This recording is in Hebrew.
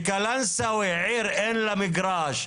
וקלאנסוואה עיר אין לה מגרש.